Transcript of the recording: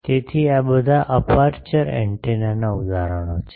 તેથી આ બધા અપેરચ્યોર એન્ટેનાનાં ઉદાહરણો છે